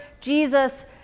Jesus